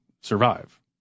survive